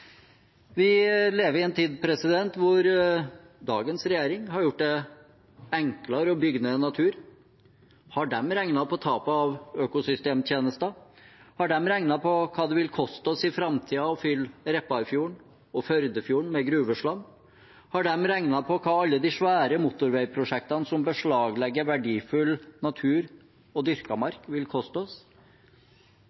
Vi lever i en tid hvor dagens regjering har gjort det enklere å bygge ned natur. Har de regnet på tapet av økosystemtjenester? Har de regnet på hva det vil koste oss i framtiden å fylle Repparfjorden og Førdefjorden med gruveslam? Har de regnet på hva alle de svære motorveiprosjektene som beslaglegger verdifull natur og dyrka